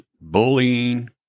bullying